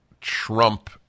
trump